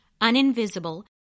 uninvisible